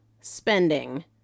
spending